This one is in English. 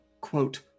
quote